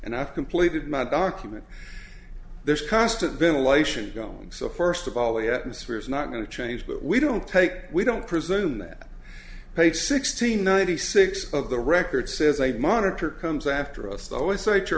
and i've completed my document there is constant ventilation going so first of all the atmosphere is not going to change but we don't take we don't presume that page sixty ninety six of the record says a monitor comes after us always s